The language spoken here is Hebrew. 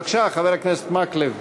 בבקשה, חבר הכנסת מקלב.